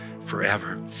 forever